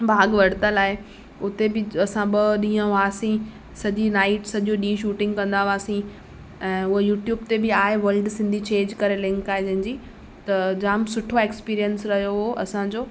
भाॻु वरितल आहे उते बि असां ॿ ॾींहं हुआसीं सॼी नाईट सॼो ॾींहुुं शूटिंग कंदा हुआसीं ऐं उहो यूट्यूब ते बि आहे वर्ल्ड सिंधी छेजु करे लिंक आहे जंहिंजी त जामु सुठो एक्सपीरियंस रहियो हो असांजो